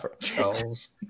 Charles